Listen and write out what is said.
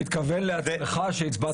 אתה מתכוון לעצמך, שהצבעת נגד?